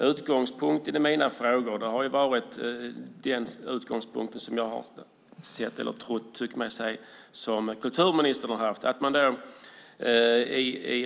Utgångspunkten i mina frågor har varit den utgångspunkt som jag har tyckt mig se att kulturministern har haft.